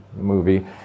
movie